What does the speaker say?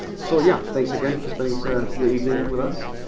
so yeah, thanks again for spending so your evening with us.